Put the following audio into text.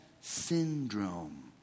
syndrome